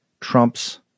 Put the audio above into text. Trump's